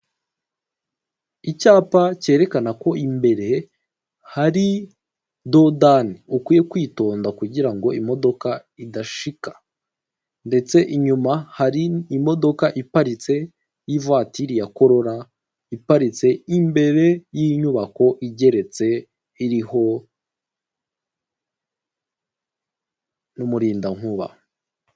Icyapa cyerekana ko imbere hari dodani ukwiye kwitonda kugirango imodoka idashika ndetse inyuma hari imodoka iparitse y'ivatiri ya corola iparitse imbere y'inyubako igeretse iriho n'umurindankuba.